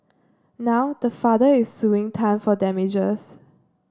now the father is suing Tan for damages